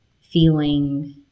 feeling